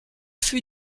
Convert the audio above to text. fut